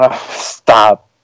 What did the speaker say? Stop